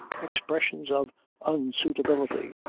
expressions of unsuitability.